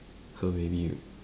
so maybe you